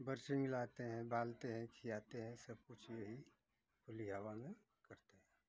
बरसी मिलाते हैं बालते हैं खिलाते हैं सब कुछ यही खुली हवा में करते हैं